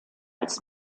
als